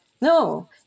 No